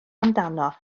amdano